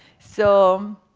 so,